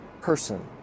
person